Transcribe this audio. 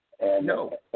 No